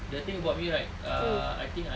the thing about me right err I think I